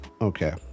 okay